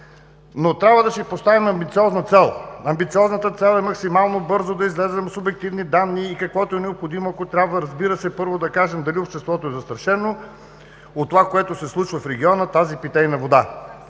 Но трябва да си поставим амбициозна цел. Амбициозната цел е максимално бързо да излезем с обективни данни и каквото е необходимо, ако трябва, разбира се, първо да кажем дали обществото е застрашено от това, което се случва в региона с тази питейна вода.